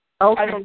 Okay